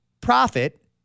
profit